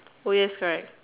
oh yes correct